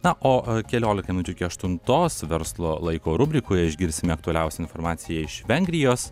na o keliolika minučių iki aštuntos verslo laiko rubrikoje išgirsime aktualiausią informaciją iš vengrijos